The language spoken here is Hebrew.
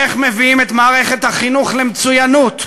איך מביאים את מערכת החינוך למצוינות,